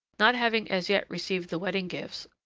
not having as yet received the wedding-gifts,